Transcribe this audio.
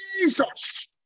Jesus